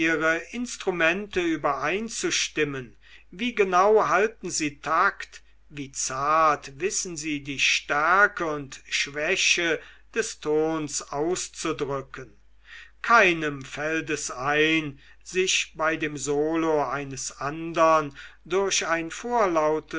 instrumente übereinzustimmen wie genau halten sie takt wie zart wissen sie die stärke und schwäche des tons auszudrücken keinem fällt es ein sich bei dem solo eines andern durch ein vorlautes